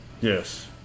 Yes